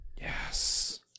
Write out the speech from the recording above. Yes